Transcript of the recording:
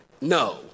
No